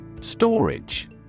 Storage